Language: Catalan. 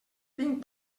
tinc